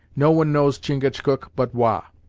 no one knows chingachgook but wah,